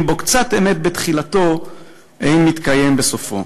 בו קצת אמת בתחילתו אין מתקיים בסופו.